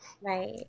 Right